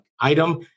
item